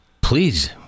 please